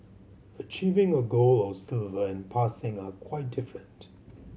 achieving a gold or silver and passing are quite different